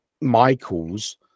Michael's